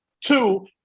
two